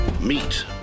Meet